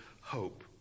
hope